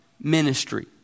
ministry